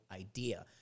idea